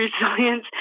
resilience